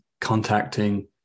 contacting